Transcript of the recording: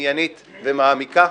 עניינית ומעמיקה.